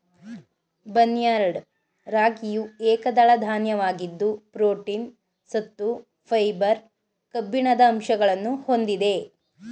barnyard ರಾಗಿಯು ಏಕದಳ ಧಾನ್ಯವಾಗಿದ್ದು ಪ್ರೋಟೀನ್, ಸತ್ತು, ಫೈಬರ್, ಕಬ್ಬಿಣದ ಅಂಶಗಳನ್ನು ಹೊಂದಿದೆ